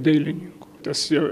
dailininku tas jo